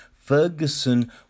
Ferguson